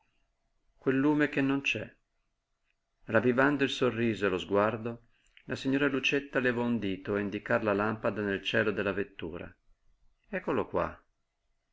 quel lume che non c'è ravvivando il sorriso e lo sguardo la signora lucietta levò un dito a indicar la lampada nel cielo della vettura eccolo qua